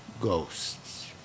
ghosts